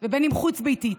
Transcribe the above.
ואם חוץ-ביתית,